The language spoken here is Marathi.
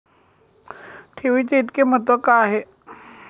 ठेवीचे इतके महत्व का आहे?